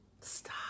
Stop